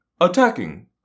attacking